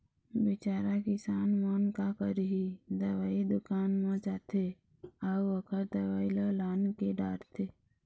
बिचारा किसान मन का करही, दवई दुकान म जाथे अउ ओखर दवई ल लानके डारथे